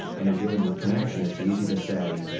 and you're dealing with connection, it's easy to say,